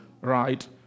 right